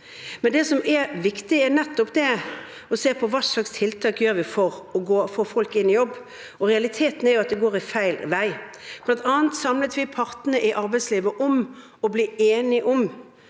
Det som er viktig, er å se på hva slags tiltak vi gjør for å få folk inn i jobb. Realiteten er at det går feil vei. Vi samlet bl.a. partene i arbeidslivet om å bli enige om